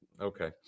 okay